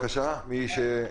דרכנו.